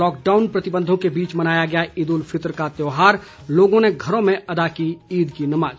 lockdown प्रतिबंधों के बीच मनाया गया ईद उल फितर का त्योहार लोगों ने घरों में अदा की ईद की नमाज